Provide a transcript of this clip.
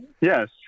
Yes